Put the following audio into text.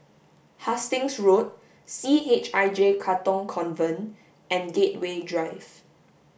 Hastings Road C H I J Katong Convent and Gateway Drive